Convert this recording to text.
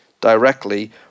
directly